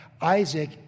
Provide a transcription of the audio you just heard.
Isaac